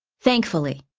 thankfully,